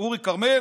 אורי כרמל,